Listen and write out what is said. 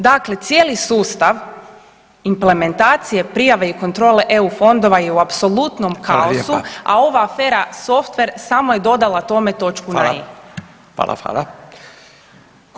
Dakle, cijeli sustav implementacije, prijave i kontrole EU fondova je u apsolutnom kaosu [[Upadica Radin: Hvala lijepa.]] a ova afera „softver“ samo je dodala tome točku na i.